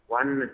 one